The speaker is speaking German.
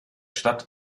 stadt